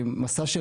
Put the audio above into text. מסע של